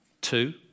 two